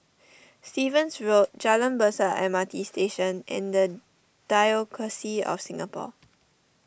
Stevens Road Jalan Besar M R T Station and the Diocese of Singapore